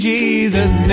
Jesus